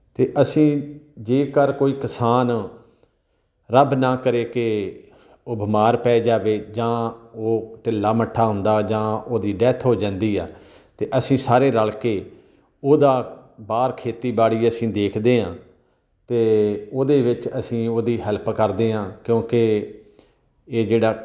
ਅਤੇ ਅਸੀਂ ਜੇਕਰ ਕੋਈ ਕਿਸਾਨ ਰੱਬ ਨਾ ਕਰੇ ਕਿ ਉਹ ਬਿਮਾਰ ਪੈ ਜਾਵੇ ਜਾਂ ਉਹ ਢਿੱਲਾ ਮੱਠਾ ਹੁੰਦਾ ਜਾਂ ਉਹਦੀ ਡੈੱਥ ਹੋ ਜਾਂਦੀ ਆ ਅਤੇ ਅਸੀਂ ਸਾਰੇ ਰਲ ਕੇ ਉਹਦਾ ਬਾਹਰ ਖੇਤੀਬਾੜੀ ਅਸੀਂ ਦੇਖਦੇ ਹਾਂ ਅਤੇ ਉਹਦੇ ਵਿੱਚ ਅਸੀਂ ਉਹਦੀ ਹੈਲਪ ਕਰਦੇ ਹਾਂ ਕਿਉਂਕਿ ਇਹ ਜਿਹੜਾ